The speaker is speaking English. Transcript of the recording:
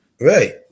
Right